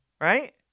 Right